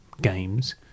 games